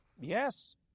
yes